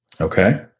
Okay